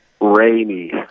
Rainy